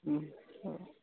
ह ह